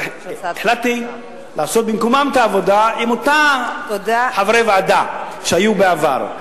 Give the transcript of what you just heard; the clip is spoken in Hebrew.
החלטתי לעשות במקומם את העבודה עם אותם חברי ועדה שהיו בעבר.